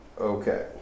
Okay